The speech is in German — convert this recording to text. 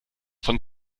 von